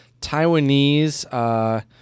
Taiwanese